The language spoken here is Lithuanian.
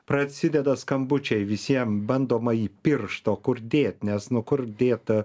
prasideda skambučiai visiem bandoma įpiršt o kur dėt nes nu kur dėt